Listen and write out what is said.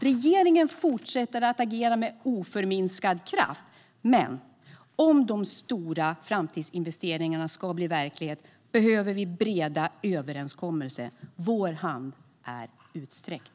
Regeringen fortsätter att agera med oförminskad kraft. Men om de stora framtidsinvesteringarna ska bli verklighet behöver vi breda överenskommelser. Vår hand är utsträckt.